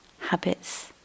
habits